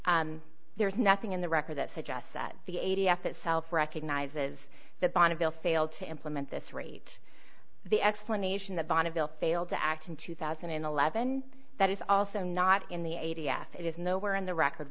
there is nothing in the record that suggests that the a t f itself recognizes the bonneville failed to implement this rate the explanation that bonneville failed to act in two thousand and eleven that is also not in the a t f it is nowhere in the record